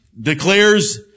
declares